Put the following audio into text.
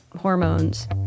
hormones